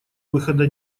выхода